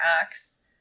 acts